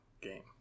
game